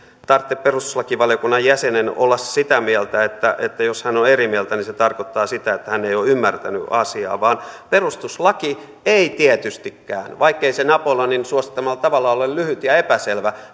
tarvitse perustuslakivaliokunnan jäsenen olla sitä mieltä että että jos hän on eri mieltä niin se tarkoittaa sitä että hän ei ole ymmärtänyt asiaa vaan perustuslaki ei tietystikään vaikkei se napoleonin suosittamalla tavalla ole lyhyt ja epäselvä